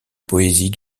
poésie